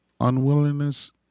unwillingness